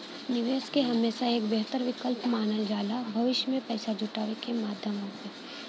निवेश के हमेशा एक बेहतर विकल्प मानल जाला भविष्य में पैसा जुटावे क माध्यम हउवे